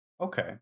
okay